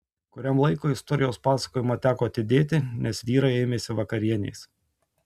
kuriam laikui istorijos pasakojimą teko atidėti nes vyrai ėmėsi vakarienės